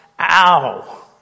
Ow